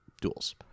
duels